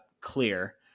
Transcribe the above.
clear